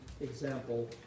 example